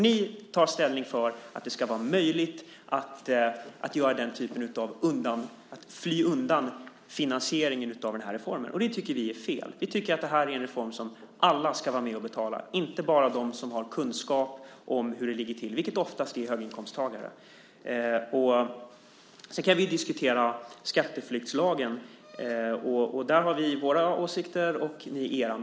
Ni tar ställning för att det ska vara möjligt att fly undan finansieringen av den här reformen. Det tycker vi är fel. Vi tycker att det här är en reform som alla ska vara med och betala, även de som har kunskap om hur det ligger till, vilket oftast är höginkomsttagare. Sedan kan vi diskutera skatteflyktslagen. Där har vi våra åsikter och ni era.